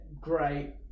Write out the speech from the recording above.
great